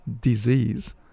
disease